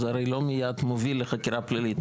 זה הרי לא מיד מוביל לחקירה פלילית.